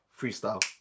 freestyle